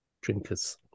drinkers